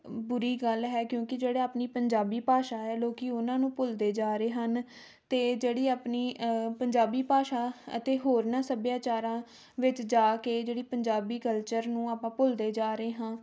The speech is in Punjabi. ਬੁਰੀ ਗੱਲ ਹੈ ਕਿਉਂਕਿ ਜਿਹੜੇ ਆਪਣੀ ਪੰਜਾਬੀ ਭਾਸ਼ਾ ਹੈ ਲੋਕ ਉਹਨਾਂ ਨੂੰ ਭੁੱਲਦੇ ਜਾ ਰਹੇ ਹਨ ਅਤੇ ਜਿਹੜੀ ਆਪਣੀ ਪੰਜਾਬੀ ਭਾਸ਼ਾ ਅਤੇ ਹੋਰਨਾਂ ਸੱਭਿਆਚਾਰਾਂ ਵਿੱਚ ਜਾ ਕੇ ਜਿਹੜੀ ਪੰਜਾਬੀ ਕਲਚਰ ਨੂੰ ਆਪਾਂ ਭੁੱਲਦੇ ਜਾ ਰਹੇ ਹਾਂ